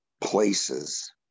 places